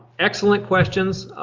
excellent questions.